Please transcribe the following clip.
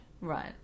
Right